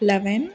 eleven